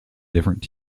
different